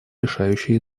решающий